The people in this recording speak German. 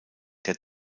der